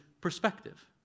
perspective